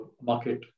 market